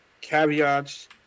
Caveats